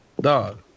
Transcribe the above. Dog